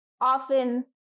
often